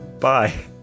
Bye